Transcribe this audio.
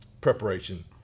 preparation